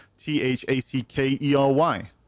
T-H-A-C-K-E-R-Y